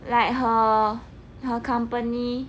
like her her company